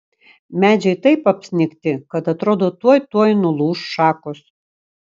medžiai taip apsnigti kad atrodo tuoj tuoj nulūš šakos